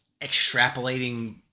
extrapolating